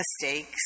mistakes